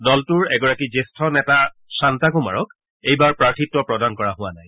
দলটোৰ এগৰাকী জ্যেষ্ঠ নেতা শান্তা কুমাৰক এইবাৰ প্ৰাৰ্থিত্ব প্ৰদান কৰা হোৱা নাই